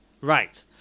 Right